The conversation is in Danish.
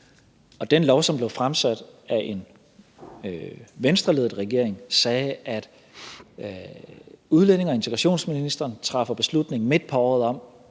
der blev fremsat af en Venstreledet regering, står der, at udlændinge- og integrationsministeren træffer beslutning midt på året om,